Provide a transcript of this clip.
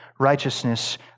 righteousness